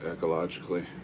ecologically